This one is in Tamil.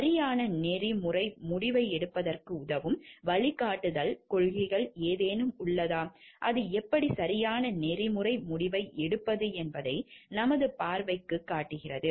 சரியான நெறிமுறை முடிவை எடுப்பதற்கு உதவும் வழிகாட்டுதல் கொள்கைகள் ஏதேனும் உள்ளதா அது எப்படி சரியான நெறிமுறை முடிவை எடுப்பது என்பதை நமது பார்வைக்குக் காட்டுகிறது